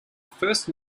first